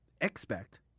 expect